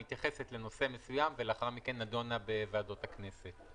מתייחסת לנושא מסוים ולאחר מכן נדונה בוועדות הכנסת.